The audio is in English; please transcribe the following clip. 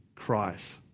Christ